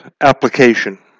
application